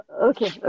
Okay